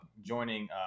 joining